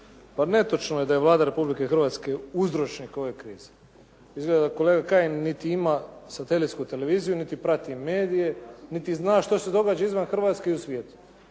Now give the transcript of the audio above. Pa netočno je da je Vlada Republike Hrvatske uzročnik ove krize. Izgleda kolega Kajin niti ima satelitsku televiziju, niti prati medije, niti zna što se događa izvan Hrvatske i u svijetu.